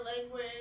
language